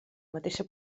mateixa